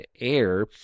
Air